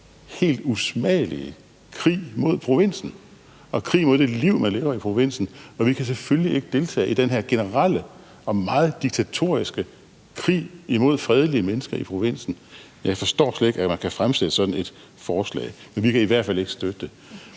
helt usmagelige krig mod provinsen og krig mod det liv, man lever i provinsen, og vi kan selvfølgelig ikke deltage i den her generelle og meget diktatoriske krig imod fredelige mennesker i provinsen, og jeg forstår slet ikke, at man kan fremsætte sådan et forslag. Men vi kan i hvert fald ikke støtte det.